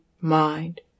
mind